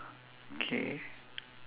okay